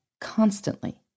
constantly